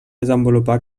desenvolupar